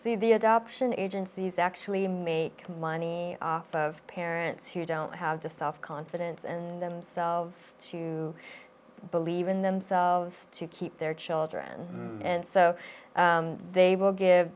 see the adoption agencies actually make money off of parents who don't have the soft confidence and themselves to believe in themselves to keep their children and so they will give